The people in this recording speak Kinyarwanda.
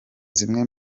zimwe